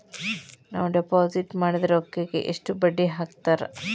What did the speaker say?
ನಾವು ಡಿಪಾಸಿಟ್ ಮಾಡಿದ ರೊಕ್ಕಿಗೆ ಎಷ್ಟು ಬಡ್ಡಿ ಹಾಕ್ತಾರಾ?